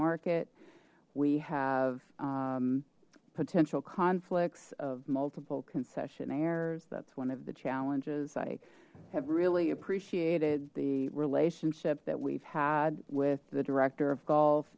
market we have potential conflicts of multiple concessionaires that's one of the challenges i have really appreciated the relationship that we've had with the director of golf